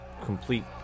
complete